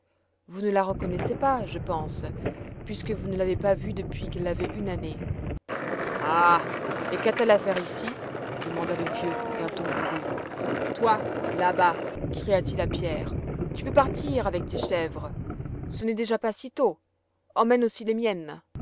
vous ne la reconnaissez pas je pense puisque vous ne l'avez pas vue depuis qu'elle avait une année ah et qu'a-t-elle à faire ici demanda le vieux d'un ton bourru toi là-bas cria-t-il à pierre tu peux partir avec tes chèvres ce n'est déjà pas si tôt emmène aussi les miennes